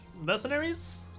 mercenaries